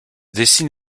dessine